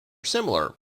similar